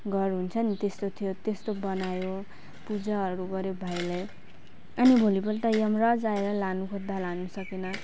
घर हुन्छ नि त्यस्तो थियो त्यस्तो बनायो पूजाहरू गर्यो भाइलाई अनि भोलिपल्ट यमराज आएर लानु खोज्दा लानु सकेन